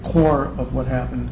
core of what happened